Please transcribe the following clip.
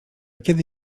kiedy